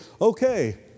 okay